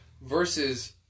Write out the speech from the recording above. versus